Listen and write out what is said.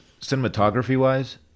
Cinematography-wise